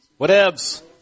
Whatevs